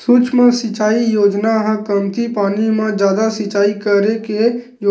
सुक्ष्म सिचई योजना ह कमती पानी म जादा सिचई करे के